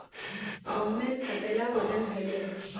गहोमेर कतेला वजन हले